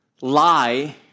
lie